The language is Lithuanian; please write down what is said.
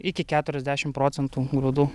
iki keturiasdešim procentų grūdų